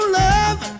love